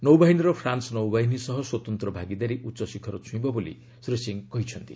ନୌବାହିନୀର ଫ୍ରାନ୍ସ ନୌବାହିନୀ ସହ ସ୍ୱତନ୍ତ୍ର ଭାଗିଦାରୀ ଉଚ୍ଚ ଶିଖର ଛୁଇଁବ ବୋଲି ଶ୍ରୀ ସିଂହ କହିଛନ୍ତି